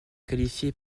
qualifier